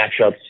matchups